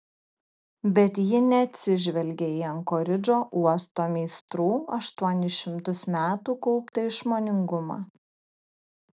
bet ji neatsižvelgė į ankoridžo uosto meistrų aštuonis šimtus metų kauptą išmoningumą